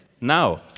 Now